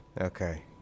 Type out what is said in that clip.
Okay